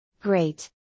Great